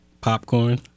popcorn